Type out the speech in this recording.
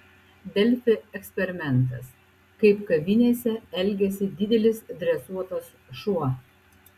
delfi eksperimentas kaip kavinėse elgiasi didelis dresuotas šuo